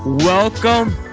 Welcome